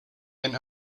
and